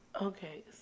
Okay